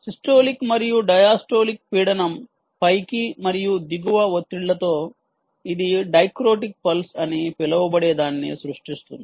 systolic మరియు diastolic పీడనం పైకి మరియు దిగువ ఒత్తిళ్లతో ఇది డైక్రోటిక్ పల్స్ అని పిలువబడేదాన్ని సృష్టిస్తుంది